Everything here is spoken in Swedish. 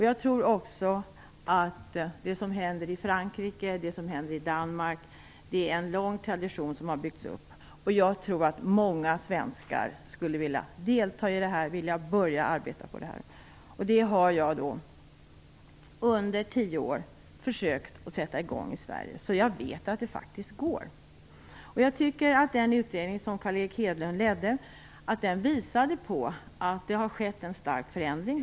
Jag tror också att det som händer i Frankrike och Danmark beror på att det är en lång tradition som har byggts upp. Jag tror att många svenskar skulle vilja delta i detta och börja arbeta på det. Under tio år har jag försökt att sätta i gång detta i Sverige. Jag vet att det faktiskt går. Jag tycker att den utredning som Carl Erik Hedlund ledde visade på att det har skett en stark förändring.